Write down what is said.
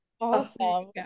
awesome